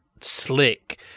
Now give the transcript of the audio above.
slick